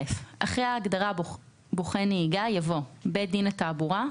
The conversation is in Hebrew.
(א)אחרי ההגדרה "בוחן נהיגה" יבוא: ""בית דין לתעבורה",